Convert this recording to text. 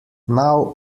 now